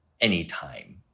anytime